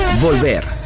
Volver